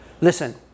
Listen